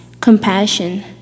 compassion